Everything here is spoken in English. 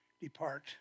depart